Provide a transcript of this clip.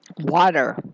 water